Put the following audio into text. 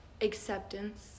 acceptance